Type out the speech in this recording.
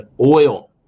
oil